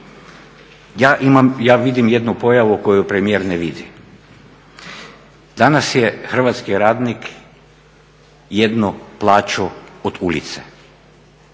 ja vidim jednu pojavu koju premijer ne vidi. Danas je hrvatski radnik jednu plaću od ulice,